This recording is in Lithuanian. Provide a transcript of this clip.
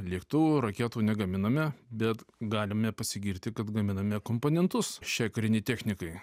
lėktuvų raketų negaminame bet galime pasigirti kad gaminame komponentus šiai karinei technikai